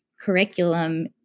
curriculum